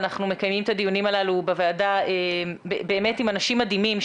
אנחנו מקיימים את הדיונים הללו בוועדה עם אנשים מדהימים.